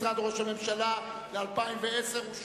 משרד ראש הממשלה (תוכנית החומש